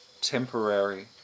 temporary